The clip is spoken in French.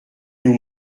nous